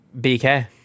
BK